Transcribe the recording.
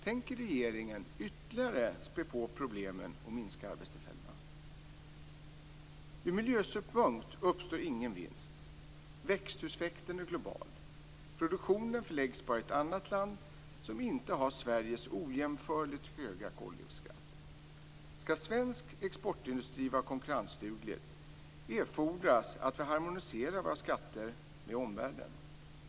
Tänker regeringen ytterligare spä på problemen och minska arbetstillfällena? Ur miljösynpunkt uppstår ingen vinst. Växthuseffekten är global. Produktionen förläggs bara i ett annat land som inte har Sveriges ojämförligt höga koldioxidskatt. Skall svensk exportindustri vara konkurrensduglig erfordras att vi harmoniserar våra skatter med omvärlden.